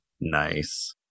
Nice